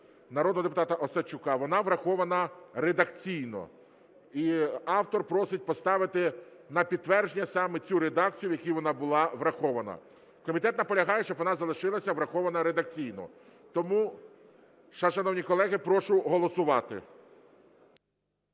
народного депутата Осадчука, вона врахована редакційно. Автор просить поставити на підтвердження саме цю редакцію, в якій вона була врахована. Комітет наполягає, щоб вона залишилася врахованою редакційно. Тому, шановні колеги, прошу голосувати.